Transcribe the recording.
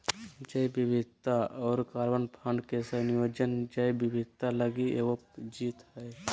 जैव विविधता और कार्बन फंड के संयोजन जैव विविधता लगी एगो जीत हइ